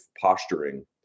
posturing